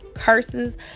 curses